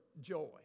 joy